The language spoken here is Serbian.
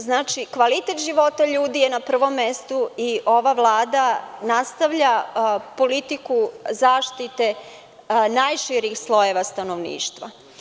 Znači, kvalitet života ljudi je na prvom mestu i ova Vlada nastavlja politiku zaštite najširih slojeva stanovništva.